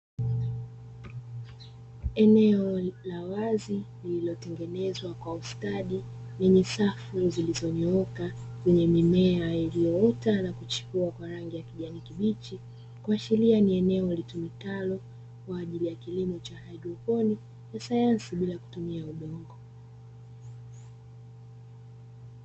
Eneo la wazi lililotengenezwa kwa ustadi lenye safu zilizonyooka lenye mimea iliyoota na kuchipua kwa rangi ya kijani kibichi kuashiria ni eneo litumikalo kwa ajili ya kilimo cha haidroponi cha sayansi bila kutumia udongo.